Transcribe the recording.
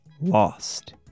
Lost